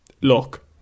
look